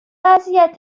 وضعیت